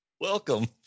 Welcome